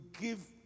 give